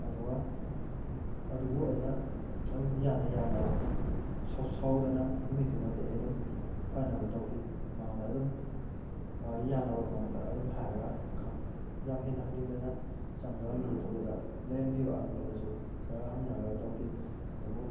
ꯑꯗꯨꯒ ꯑꯗꯨꯕꯨ ꯑꯩꯅ ꯑꯗꯨꯝ ꯌꯥꯅ ꯌꯥꯥꯅꯕ ꯁꯥꯎꯗꯅ ꯅꯨꯃꯤꯠꯇꯨꯃꯗꯤ ꯑꯩ ꯑꯗꯨꯝ ꯐꯅꯕ ꯇꯧꯈꯤ ꯃꯉꯣꯟꯗ ꯑꯗꯨꯝ ꯃꯥꯒꯤ ꯌꯥꯅꯕ ꯃꯑꯣꯡꯗ ꯑꯗꯨꯝ ꯍꯥꯏꯔꯒ ꯌꯥꯝ ꯍꯦꯟꯅ ꯍꯪꯖꯤꯟꯗꯅ ꯆꯪꯂꯕ ꯃꯤ ꯑꯇꯣꯞꯄꯗ ꯂꯩꯔꯝꯂꯤꯕ ꯑꯇꯣꯞꯄꯗꯁꯨ ꯈꯔ ꯍꯪꯅꯔꯒ ꯇꯧꯈꯤ ꯑꯗꯨꯕꯨ